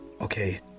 Okay